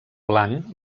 blanc